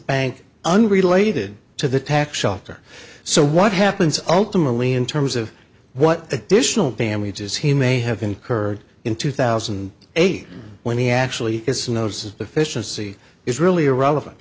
bank unrelated to the tax shelter so what happens ultimately in terms of what additional damages he may have incurred in two thousand and eight when he actually has no sufficiency is really irrelevant